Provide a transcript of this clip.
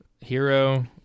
Hero